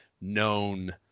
known